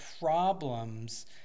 problems